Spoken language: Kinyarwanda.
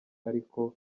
ariko